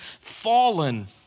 fallen